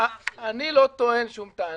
אני לא טוען שום טענה.